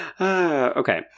Okay